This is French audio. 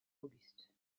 auguste